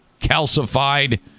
calcified